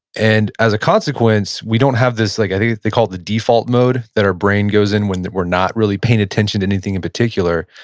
and as a consequence, we don't have this, like i think they call it the default mode that our brain goes in when we're not really paying attention to anything in particular.